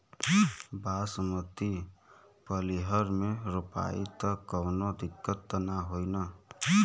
बासमती पलिहर में रोपाई त कवनो दिक्कत ना होई न?